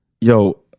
yo